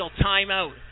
timeout